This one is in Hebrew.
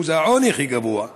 אחוז העוני הכי גבוה.